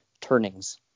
turnings